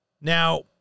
Now